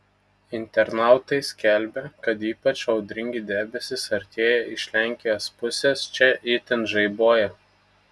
internautai skelbia kad ypač audringi debesys artėja iš lenkijos pusės čia itin žaibuoja